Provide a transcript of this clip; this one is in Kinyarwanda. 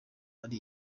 ari